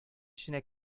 эченә